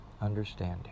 understanding